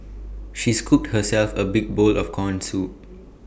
she scooped herself A big bowl of Corn Soup